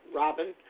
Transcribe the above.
robin